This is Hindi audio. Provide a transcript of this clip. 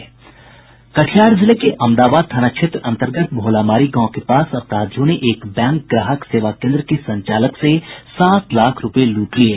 कटिहार जिले के अमदाबाद थाना क्षेत्र अंतर्गत भोलामारी गांव के पास अपराधियों ने एक बैंक ग्राहक सेवा केन्द्र के संचालक से सात लाख रुपये लूट लिये